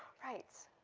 right,